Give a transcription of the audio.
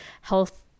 health